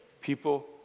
People